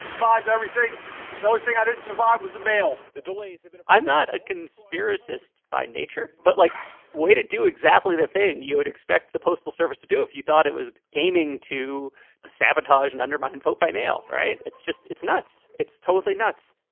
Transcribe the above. five, everything. the only thing i didn't survive was the mail, the delays. but i'm not a conspiracist by nature, but like way to do exactly the thing you would expect the postal service to do if you thought it was aiming to sabotage and undermine vote by mail. right. it's just it's nuts. it's totally nuts